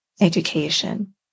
education